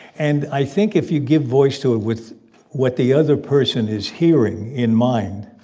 and i think if you give voice to it with what the other person is hearing in mind,